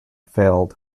failed